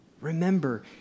Remember